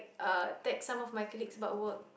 uh text some of my colleagues about work